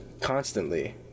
constantly